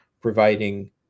providing